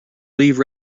leave